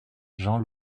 jean